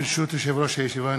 ברשות יושב-ראש הישיבה,